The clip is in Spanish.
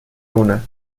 una